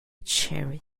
cherish